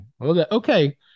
Okay